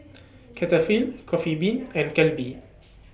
Cetaphil Coffee Bean and Calbee